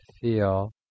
feel